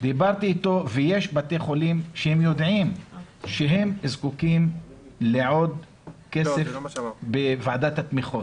יש בתי חולים שהם יודעים שהם זקוקים לעוד כסף בוועדת התמיכות.